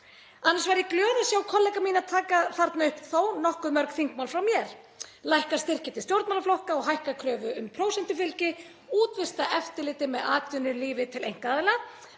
Annars var ég glöð að sjá kollega mína taka þarna upp þó nokkuð mörg þingmál frá mér; lækka styrki til stjórnmálaflokka og hækka kröfu um prósentufylgi, útvista eftirliti með atvinnulífi til einkaaðila,